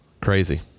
Crazy